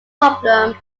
problem